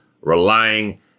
relying